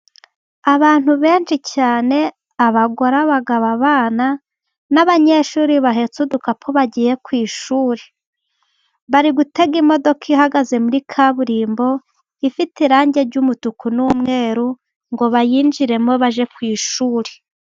Abantu benshi cyane, abagore, abagabo, abana n'abanyeshuri bahetse udukapu bagiye ku ishuri. Bari gutega imodoka ihagaze muri kaburimbo, ifite irangi ry'umutuku n'umweru, ngo bayinjiremo bajye ku ishuri.